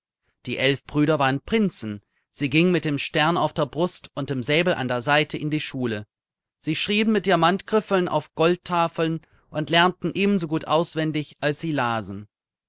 die elf brüder waren prinzen sie gingen mit dem stern auf der brust und dem säbel an der seite in die schule sie schrieben mit diamantgriffeln auf goldtafeln und lernten ebenso gut auswendig als sie lasen